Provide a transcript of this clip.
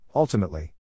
Ultimately